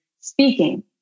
speaking